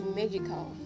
magical